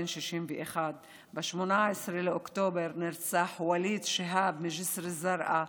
בן 61. ב-18 באוקטובר נרצח וליד שהאב מג'יסר א-זרקא,